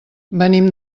venim